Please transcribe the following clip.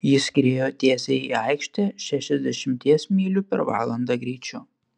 ji skriejo tiesiai į aikštę šešiasdešimties mylių per valandą greičiu